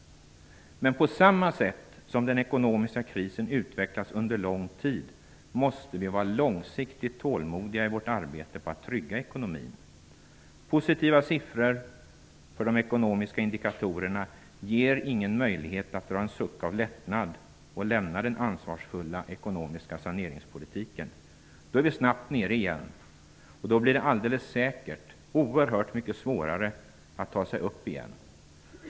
Men på samma sätt som den ekonomiska krisen utvecklats under lång tid måste vi vara långsiktigt tålmodiga i vårt arbete på att trygga ekonomin. Positiva siffror för de ekonomiska indikatorerna ger ingen möjlighet att dra en suck av lättnad och lämna den ansvarsfulla ekonomiska saneringspolitiken. Då är vi snabbt nere igen. Då blir det alldeles säkert oerhört mycket svårare att ta sig upp igen.